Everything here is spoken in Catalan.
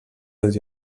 dels